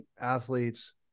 athletes